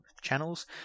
channels